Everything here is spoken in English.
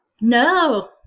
No